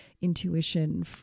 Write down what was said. intuition